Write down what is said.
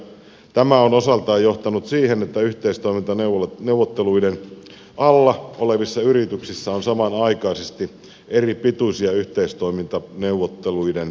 tämä on osaltaan johtanut siihen että yhteistoimintaneuvotteluiden alla olevissa yrityksissä on samanaikaisesti eripituisia yhteistoimintaneuvotteluiden täytäntöönpanoaikoja